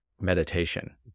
meditation